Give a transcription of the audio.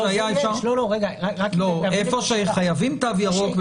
היכן שחייבים תו ירוק,